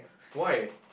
why